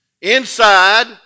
inside